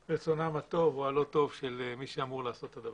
לרצונם הטובה או הלא טוב של מי שאמור לעשות את זה.